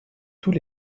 tous